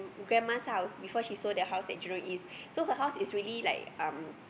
grandma's house before she sold the house at Jurong-East so her house is really like um